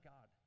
God